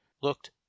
looked